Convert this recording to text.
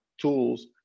tools